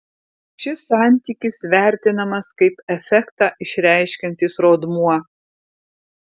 šis santykis vertinamas kaip efektą išreiškiantis rodmuo